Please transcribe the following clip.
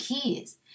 kids